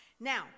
Now